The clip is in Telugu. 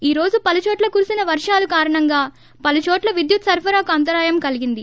ఈ రోజు పలు చోట్ల కురిసిన వరాలు కారణంగా పలు చోట్ట విద్యుత్ సరఫరాకు అంతరాయం కలిగింది